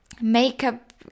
makeup